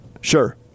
Sure